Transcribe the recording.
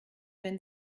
wenn